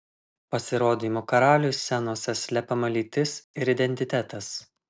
pasirodymo karaliui scenose slepiama lytis ir identitetas